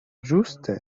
ĝuste